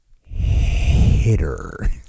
hitter